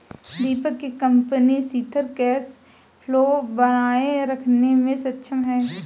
दीपक के कंपनी सिथिर cash flow बनाए रखने मे सक्षम है